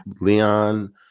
Leon